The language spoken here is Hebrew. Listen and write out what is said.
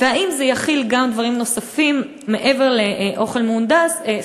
והאם זה יכיל גם דברים נוספים מעבר למזון מהונדס,